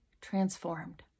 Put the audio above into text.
transformed